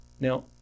Now